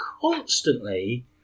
constantly